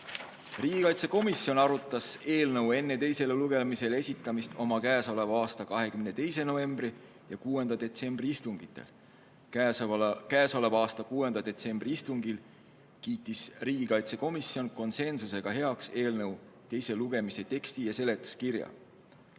Riigikaitsekomisjon arutas eelnõu enne teisele lugemisele esitamist oma k.a 22. novembri ja 6. detsembri istungil. Oma 6. detsembri istungil kiitis riigikaitsekomisjon konsensusega heaks eelnõu teise lugemise teksti ja seletuskirja. Nüüd